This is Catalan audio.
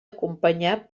acompanyar